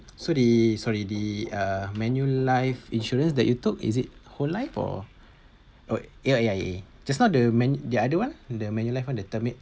so the sorry the uh Manulife insurance that you took is it whole life or A_I A_I_A just now the man~ the other one the Manulife one the termit~